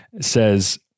says